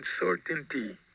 uncertainty